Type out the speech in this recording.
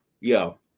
Yo